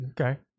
Okay